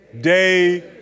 Day